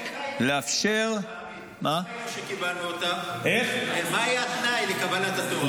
מה היה התנאי לקבלת התורה?